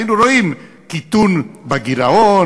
היינו רואים קיטון בגירעון,